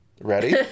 Ready